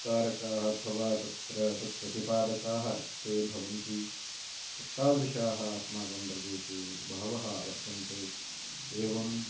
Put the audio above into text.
विस्तारकाः अथवा तत्र तत् प्रतिपादकाः ते भवन्ति तत्तादृशाः अस्माकं प्रदेशे बहवः वर्तन्ते एवं